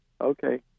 Okay